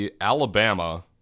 Alabama